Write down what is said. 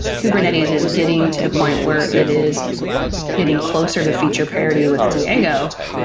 kubernetes is getting to the point where it is getting closer the feature parity with diego,